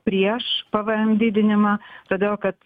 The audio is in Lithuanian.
prieš pvm didinimą todėl kad